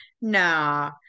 no